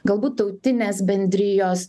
galbūt tautinės bendrijos